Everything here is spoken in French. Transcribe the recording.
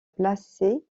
plaçait